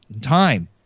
time